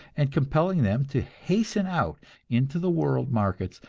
and compelling them to hasten out into the world markets,